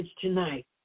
tonight